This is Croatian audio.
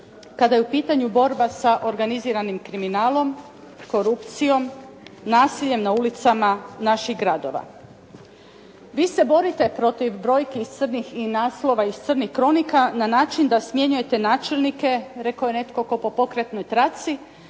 kada je u pitanju borba sa organiziranim kriminalom, korupcijom, nasiljem na ulicama naših gradova. Vi se borite protiv brojki iz crnih i naslova iz crnih kronika na način da smjenjujete načelnike, rekao je netko kao po pokretnoj traci,